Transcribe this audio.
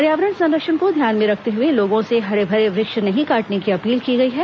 पर्यावरण संरक्षण को ध्यान में रखते हुए लोगों से हरे भरे वृक्ष नहीं काटने की अपील की गई है